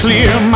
Clear